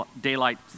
daylight